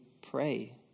pray